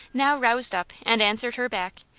now roused up and answered her back,